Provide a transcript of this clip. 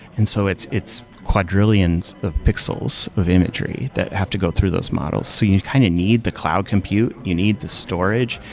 and so it's it's quadrillions of pixels of imagery that have to go through those models. so you kind of need the cloud compute, you need the storage,